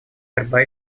борьба